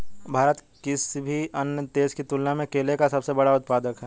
भारत किसी भी अन्य देश की तुलना में केले का सबसे बड़ा उत्पादक है